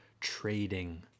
trading